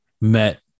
met